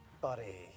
buddy